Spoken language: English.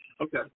Okay